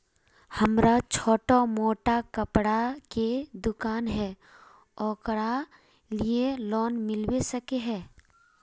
हमरा छोटो मोटा कपड़ा के दुकान है ओकरा लिए लोन मिलबे सके है?